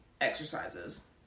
exercises